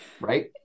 right